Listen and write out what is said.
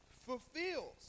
fulfills